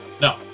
No